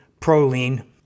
proline